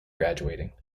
graduating